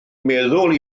meddwl